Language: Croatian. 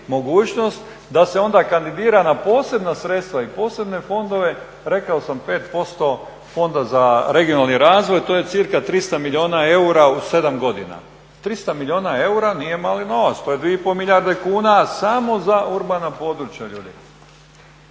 da se onda kandidira na posebna sredstva i posebne fondove, rekao sam 5% Fonda za regionalni razvoj to je cca. 300 milijuna eura u 7 godina. 300 milijuna eura nije mali novac, to je 2,5 milijarde kuna samo za urbana područja ljudi.